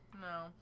No